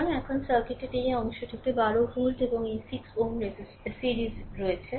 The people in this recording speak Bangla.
সুতরাং এখন সার্কিটের এই অংশটি 12 ভোল্ট এবং এই 6 Ω সিরিজে রয়েছে